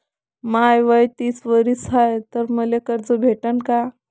माय वय तीस वरीस हाय तर मले कर्ज भेटन का?